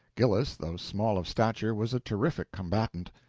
gillis, though small of stature, was a terrific combatant,